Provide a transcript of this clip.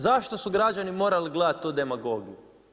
Zašto su građani morali gledati tu demagogiju?